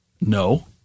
No